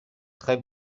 très